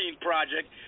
Project